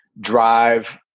drive